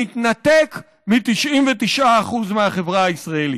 מתנתק מ-99% מהחברה הישראלית.